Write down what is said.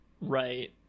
right